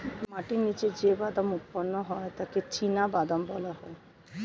মাটির নিচে যে বাদাম উৎপন্ন হয় তাকে চিনাবাদাম বলা হয়